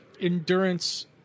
endurance